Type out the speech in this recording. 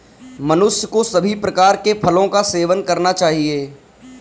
मनुष्य को सभी प्रकार के फलों का सेवन करना चाहिए